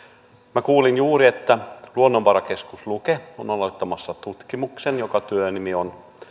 minä kuulin juuri että luonnonvarakeskus luke on aloittamassa tutkimuksen jonka työnimi on